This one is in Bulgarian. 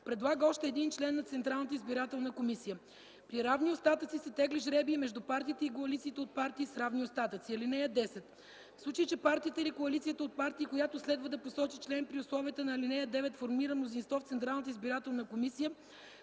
предлага още един член на Централната избирателна комисия. При равни остатъци се тегли жребий между партиите и коалициите от партии с равни остатъци. (10) В случай че партията или коалицията от партии, която следва да посочи член при условията на ал. 9 формира мнозинство в Централната избирателна комисия,